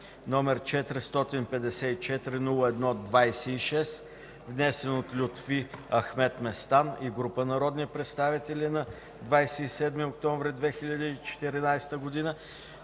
№ 454-01-26, внесен от Лютви Ахмед Местан и група народни представители на 27 октомври 2014 г.;